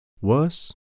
Worse